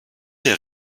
der